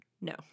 no